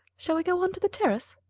shall we go onto the terrace?